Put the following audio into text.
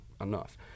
enough